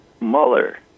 Mueller